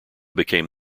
became